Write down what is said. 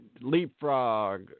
leapfrog